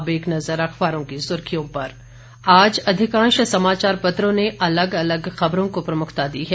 अब एक नजर अखबारों की सुर्खियों पर आज अधिकांश समाचार पत्रों ने अलग अलग खबरों को प्रमुखता दी है